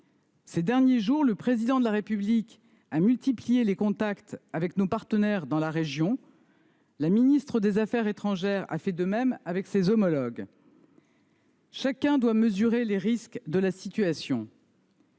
Ces derniers jours, le Président de la République a multiplié les contacts avec nos partenaires dans la région. La ministre de l’Europe et des affaires étrangères a fait de même avec ses homologues. Chacun doit mesurer les risques de la situation.